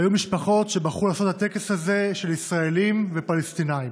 היו משפחות שבחרו לעשות את הטקס הזה של ישראלים ופלסטינים.